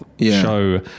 show